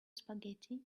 spaghetti